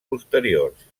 posteriors